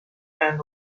and